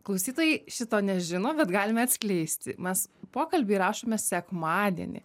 klausytojai šito nežino bet galime atskleisti mes pokalbį įrašome sekmadienį